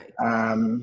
Right